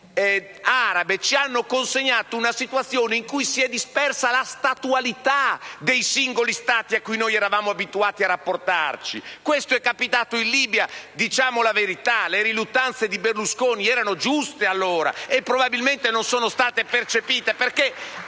primavere arabe ci hanno consegnato una situazione in cui si è dispersa la statualità dei singoli Stati a cui noi eravamo abituati a rapportarci. Questo è capitato in Libia, e diciamo la verità: le riluttanze di Berlusconi erano giuste, allora, e probabilmente non sono state percepite.